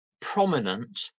prominent